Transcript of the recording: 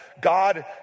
God